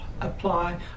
apply